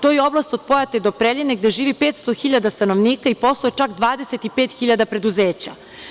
To je oblast od Pojate do Preljine, gde živi 500 hiljada stanovnika i posluje čak 25 hiljada preduzeća.